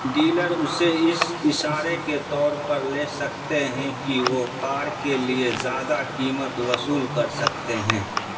dealer اسے اس اشارے کے طور پر لے سکتے ہیں کی وہ کار کے لیے زیادہ قیمت وصول کر سکتے ہیں